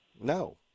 No